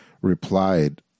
replied